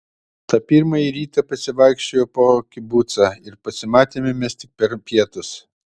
tą pirmąjį rytą pasivaikščiojau po kibucą ir pasimatėme mes tik per pietus